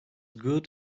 good